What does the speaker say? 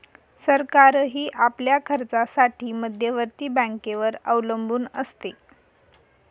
सरकारही आपल्या खर्चासाठी मध्यवर्ती बँकेवर अवलंबून असते